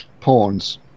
pawns